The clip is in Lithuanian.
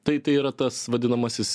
tai tai yra tas vadinamasis